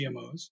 GMOs